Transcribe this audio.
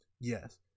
Yes